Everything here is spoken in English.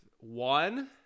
one